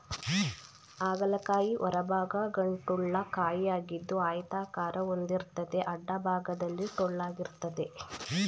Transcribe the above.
ಹಾಗಲ ಕಾಯಿ ಹೊರಭಾಗ ಗಂಟುಳ್ಳ ಕಾಯಿಯಾಗಿದ್ದು ಆಯತಾಕಾರ ಹೊಂದಿರ್ತದೆ ಅಡ್ಡಭಾಗದಲ್ಲಿ ಟೊಳ್ಳಾಗಿರ್ತದೆ